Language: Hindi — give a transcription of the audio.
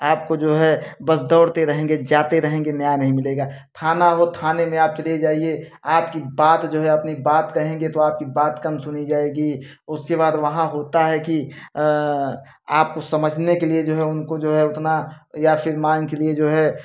आपको जो है बस दौड़ते रहेंगे जाते रहेंगे न्याय नहीं मिलेगा थाना हो थाने में आप चले जाइए आप कि बात जो है अपनी बात कहेंगे तो आपकी बात कम सुनी जाएगी उसके बाद वहाँ होता है कि आपको समझने के लिए जो है उनको जो है उतना या फिर मान के लिए जो है